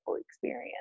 experience